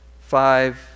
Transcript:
five